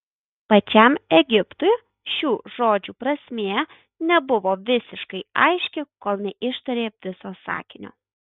pačiam egiptui šių žodžių prasmė nebuvo visiškai aiški kol neištarė viso sakinio